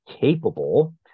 capable